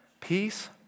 peace